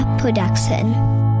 production